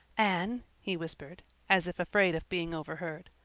anne, he whispered, as if afraid of being overheard,